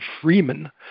Freeman